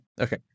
okay